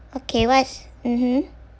okay what is mmhmm